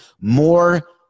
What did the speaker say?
more